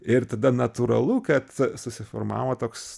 ir tada natūralu kad susiformavo toks